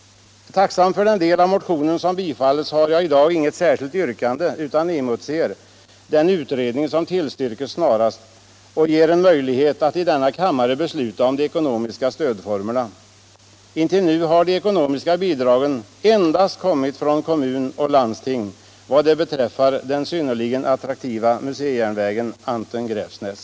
Tacksam för att ett av motionens yrkanden har tillstyrkts har jag i dag inget särskilt yrkande, utan emotser att utredningen snarast ger oss möjligheter att i denna kammare besluta om de ekonomiska stödformerna. Intill nu har de ekonomiska bidragen endast kommit från kommunen och landstinget i vad beträffar den synnerligen attraktiva museijärnvägen Anten-Gräfsnäs.